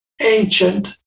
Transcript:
ancient